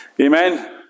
amen